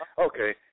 Okay